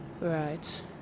Right